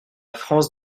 france